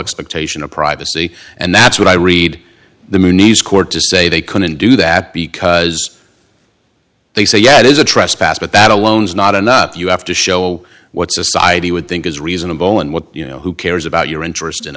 expectation of privacy and that's what i read the moonies court to say they couldn't do that because they say yeah it is a trespass but that alone is not enough you have to show what society would think is reasonable and what you know who cares about your interest in